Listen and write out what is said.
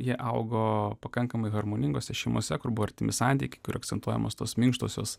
jie augo pakankamai harmoningose šeimose kur buvo artimi santykiai kur akcentuojamos tos minkštosios